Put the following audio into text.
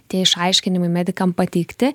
tie išaiškinimai medikam pateikti